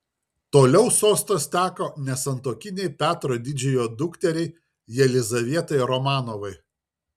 toliau sostas teko nesantuokinei petro didžiojo dukteriai jelizavetai romanovai